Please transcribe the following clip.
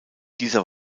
dieser